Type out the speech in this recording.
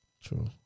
True